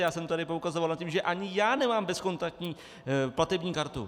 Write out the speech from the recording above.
Já jsem tady poukazoval, že ani já nemám bezkontaktní platební kartu.